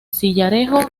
sillarejo